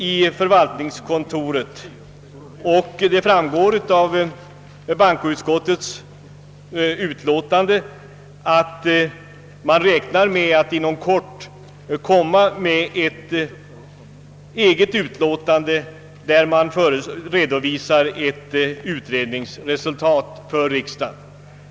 I förvaltningskontoret pågår som sagt detta arbete, och såsom framgår av bankoutskottets utlåtande räknar styrelsen med att inom kort kunna komma med ett eget utlåtande, vari skall redovisas ett utredningsresultat.